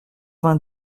vingt